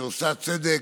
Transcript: שעושה צדק,